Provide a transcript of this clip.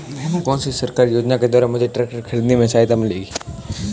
कौनसी सरकारी योजना के द्वारा मुझे ट्रैक्टर खरीदने में सहायता मिलेगी?